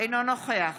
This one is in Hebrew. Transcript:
אינו נוכח